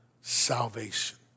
salvation